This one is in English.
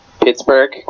Pittsburgh